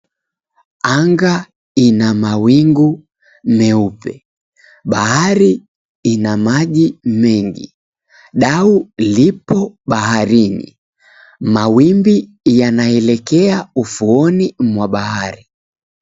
Anga ina mawingu meupe. Bahari ina maji mengi. Dau lipo baharini. Mawimbi yanaelekea ufuoni mwa bahari.